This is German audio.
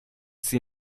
sie